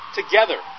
together